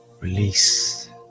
Release